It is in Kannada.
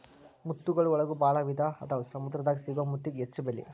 ಮುತ್ತುಗಳ ಒಳಗು ಭಾಳ ವಿಧಾ ಅದಾವ ಸಮುದ್ರ ದಾಗ ಸಿಗು ಮುತ್ತಿಗೆ ಹೆಚ್ಚ ಬೆಲಿ